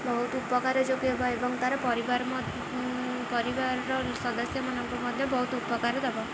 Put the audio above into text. ବହୁତ ଉପକାର ଯୋଗେଇ ପାରିବ ଏବଂ ତାର ପରିବାର ପରିବାରର ସଦସ୍ୟମାନଙ୍କୁ ମଧ୍ୟ ବହୁତ ଉପକାର ଦେବ